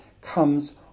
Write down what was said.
comes